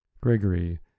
Gregory